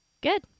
Good